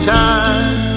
time